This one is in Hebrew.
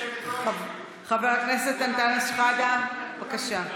חבר הכנסת אנטאנס שחאדה, בבקשה.